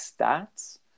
stats